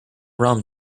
rum